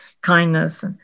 kindness